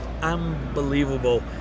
unbelievable